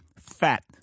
fat